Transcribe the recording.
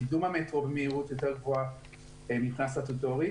קידום המטרו במהירות יותר גבוהה מבחינה סטטוטורית